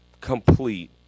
complete